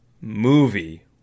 movie